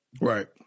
right